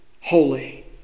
holy